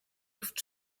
luft